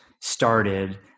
started